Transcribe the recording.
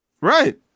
right